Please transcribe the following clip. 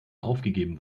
aufgegeben